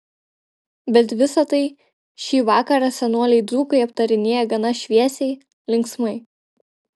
bet visa tai šį vakarą senoliai dzūkai aptarinėja gana šviesiai linksmai